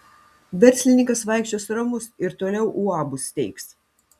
verslininkas vaikščios ramus ir toliau uabus steigs